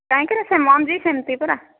କାହିଁକିରେ ସେ ମଞ୍ଜି ସେମିତି ପରା